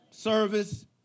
service